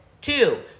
Two